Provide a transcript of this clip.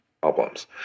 problems